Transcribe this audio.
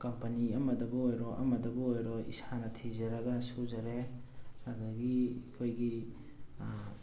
company ꯑꯃꯗꯕꯨ ꯑꯣꯏꯔꯣ ꯑꯃꯗꯕꯨ ꯑꯣꯏꯔꯣ ꯏꯁꯥꯅ ꯊꯤꯖꯔꯒ ꯁꯨꯖꯔꯦ ꯑꯗꯒꯤ ꯑꯩꯈꯣꯏꯒꯤ